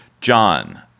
John